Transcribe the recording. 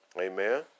amen